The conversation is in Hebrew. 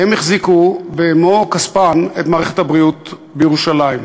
הן החזיקו במו-כספן את מערכת הבריאות בירושלים,